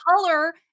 color